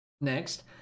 Next